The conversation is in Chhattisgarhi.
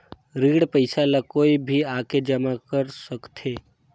ऋण पईसा ला कोई भी आके जमा कर सकथे?